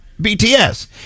BTS